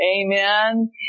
Amen